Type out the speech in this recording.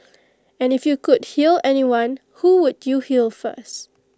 and if you could heal anyone who would you heal first